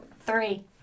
Three